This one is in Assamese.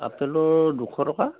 আপেলৰ দুশ টকা